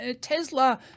Tesla